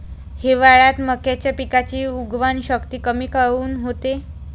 हिवाळ्यात मक्याच्या पिकाची उगवन शक्ती कमी काऊन होते?